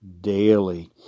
daily